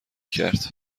کرد